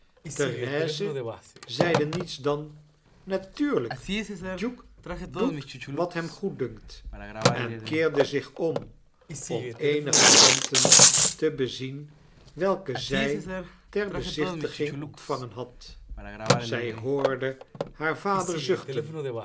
therese zeide niets dan natuurljjk duke doet wat hem goeddunkt en keerde zich om om eenige kanten te bezien welke zij ter bezichtiging ontvangen had zg hoorde haar vader zuchten